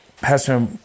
Pastor